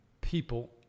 people